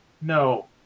no